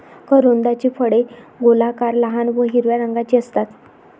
करोंदाची फळे गोलाकार, लहान व हिरव्या रंगाची असतात